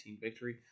victory